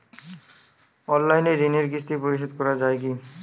Online ঋণের কিস্তি পরিশোধ করা যায় কি?